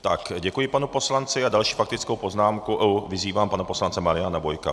Tak děkuji panu poslanci a s další faktickou poznámkou vyzývám pana poslance Mariana Bojka.